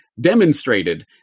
demonstrated